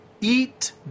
eat